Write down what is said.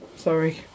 Sorry